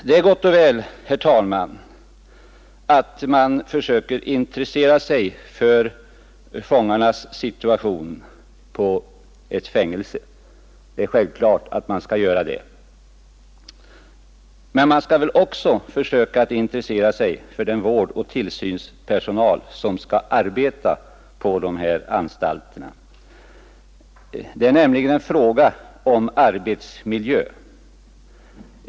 Det är gott och väl att man försöker intressera sig för fångarnas situation. Det är självklart att man skall göra det. Men man skall väl också försöka att intressera sig för den vårdoch tillsynspersonal som skall arbeta på dessa anstalter. Det gäller nämligen deras arbetsmiljö.